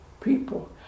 people